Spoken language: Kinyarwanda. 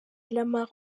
lamar